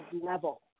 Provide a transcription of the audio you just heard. level